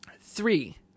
Three